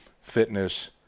fitness